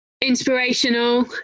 inspirational